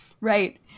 Right